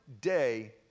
day